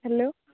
hello